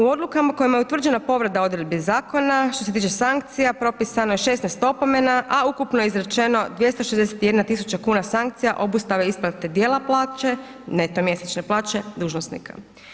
U odlukama kojima je utvrđena povreda odredbi zakona što se tiče sankcija propisano je 16 opomena, a ukupno je izrečeno 261.000 kuna sankcija obustave isplate dijela plaće, neto mjesečne plaće dužnosnika.